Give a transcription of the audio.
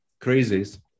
crazies